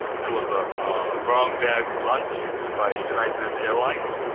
there was a brown bag lunch by united airlines.